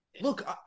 look